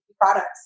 products